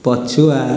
ପଛୁଆ